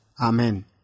Amen